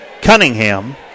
Cunningham